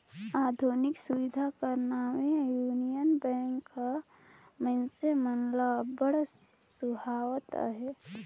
आधुनिक सुबिधा कर नावें युनियन बेंक हर मइनसे मन ल अब्बड़ सुहावत अहे